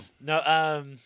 No